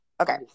Okay